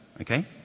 okay